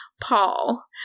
Paul